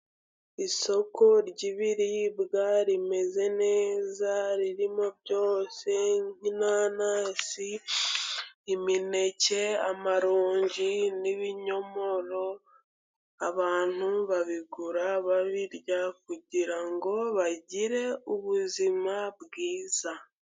Isoko ry'ibiribwa rimeze neza ririmo byose nk'inanasi, imineke, amaronji n'ibinyomoro, abantu babigura babirya kugira ngo ngo bagire ubuzima bwiza.